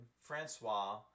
Francois